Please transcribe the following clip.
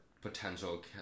potential